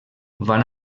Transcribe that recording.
van